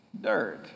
dirt